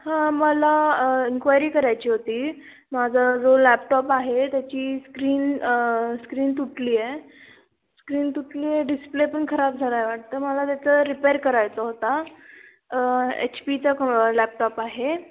हां मला इन्क्वायरी करायची होती माझा जो लॅपटॉप आहे त्याची स्क्रीन स्क्रीन तुटली आहे स्क्रीन तुटली आहे डिस्प्ले पण खराब झाला आहे वाटतं मला त्याचं रिपेअर करायचा होता एच पीचा क लॅपटॉप आहे